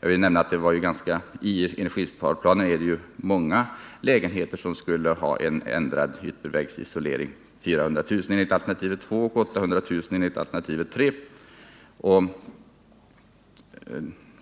Jag vill nämna att det enligt energisparplanen är ett stort antal lägenheter som skall ha förbättrad ytterväggsisolering, nämligen 400 000 enligt alternativ II och 800 000 enligt alternativ III.